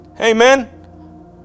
Amen